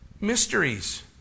mysteries